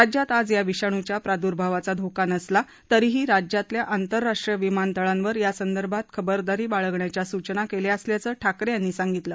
राज्यात आज या विषाणूच्या प्रादुर्भावाचा धोका नसला तरीही राज्यातल्या आंतरराष्ट्रीय विमानतळांवर यासंदर्भात खबरदारी बाळगण्याच्या सूचना केल्या असल्याचं ठाकरे यांनी सांगितलं